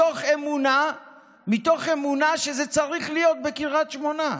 מתוך אמונה שזה צריך להיות בקריית שמונה.